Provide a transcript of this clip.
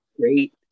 great